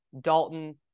Dalton